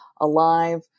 alive